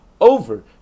over